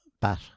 bat